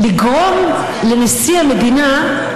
לגרום לנשיא המדינה,